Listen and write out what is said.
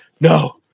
no